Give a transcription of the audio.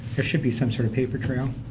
there should be some sort of paper trail.